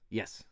yes